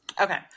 Okay